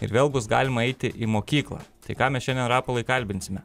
ir vėl bus galima eiti į mokyklą tai ką mes šiandien rapolai kalbinsime